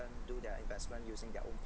and do their investment using their own